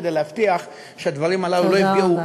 כדי להבטיח שהדברים הללו לא יפגעו,